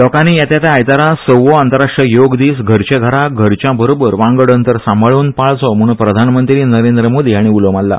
लोकानी येता त्या आयतारा सव्वो आंतरराश्ट्रीय योग दीस घरचे घरा घरच्यां बरोबर वांगड अंतर सांबाळून पाळचो म्हूण प्रधानमंत्री नरेंद्र मोदी हाणीं उलो माल्ला